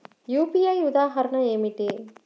UPI ఉదాహరణ ఏమిటి?